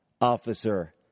officer